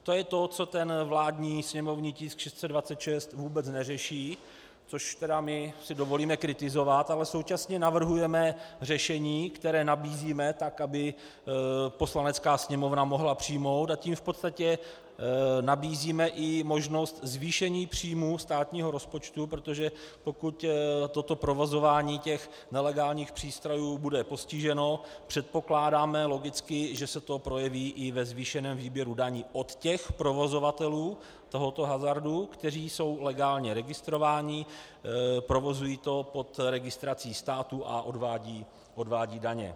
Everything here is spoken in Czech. To je to, co vládní sněmovní tisk 626 vůbec neřeší, což si dovolíme kritizovat, ale současně navrhujeme řešení, které nabízíme tak, aby Poslanecká sněmovna mohla přijmout, a tím v podstatě nabízíme i možnost zvýšení příjmů státního rozpočtu, protože pokud toto provozování nelegálních přístrojů bude postiženo, předpokládáme logicky, že se to projeví i ve zvýšeném výběru daní od těch provozovatelů tohoto hazardu, kteří jsou legálně registrováni, provozují to pod registrací státu a odvádějí daně.